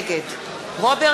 נגד רוברט